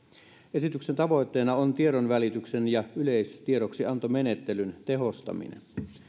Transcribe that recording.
esityksen tavoitteena on tiedonvälityksen ja yleistiedoksiantoantomenettelyn tehostaminen